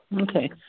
Okay